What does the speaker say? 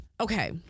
Okay